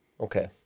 Okay